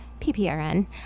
PPRN